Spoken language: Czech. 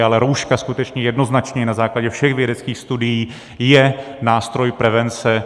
Ale rouška skutečně jednoznačně na základě všech vědeckých studií je nástroj prevence.